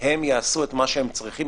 הם יעשו את מה שהם צריכים.